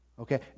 Okay